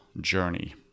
journey